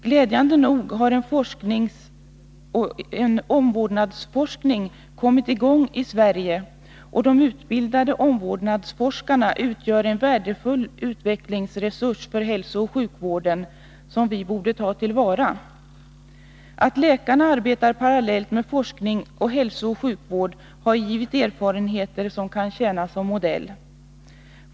Glädjande nog har en omvårdnadsforskning kommit i gång i Sverige och de utbildade omvårdnadsforskarna utgör en värdefull utvecklingsresurs för hälsooch sjukvården som vi borde ta till vara. Att läkarna arbetar parallellt med forskning och hälsooch sjukvård har givit erfarenheter som kan tjäna som modell.